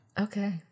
Okay